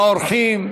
האורחים.